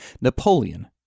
Napoleon